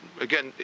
again